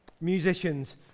musicians